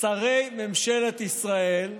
שרי ממשלת ישראל,